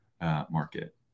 market